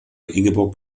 ingeborg